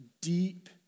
deep